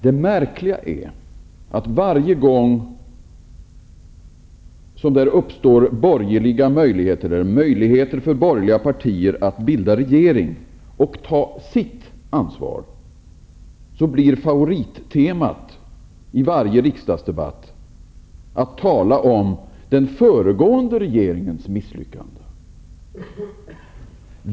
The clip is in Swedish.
Det märkliga är att varje gång som det uppstår möjligheter för borgerliga partier att bilda regering och ta sitt ansvar, blir favorittemat i varje riksdagsdebatt att tala om den föregående regeringens misslyckanden.